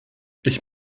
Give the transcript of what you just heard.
ich